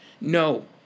No